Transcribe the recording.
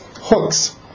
hooks